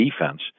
defense